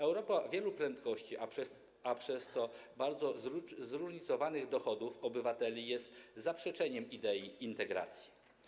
Europa wielu prędkości, a przez to bardzo zróżnicowanych dochodów obywateli, jest zaprzeczeniem idei integracji.